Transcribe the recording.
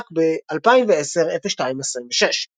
נבדק ב-2010-02-26.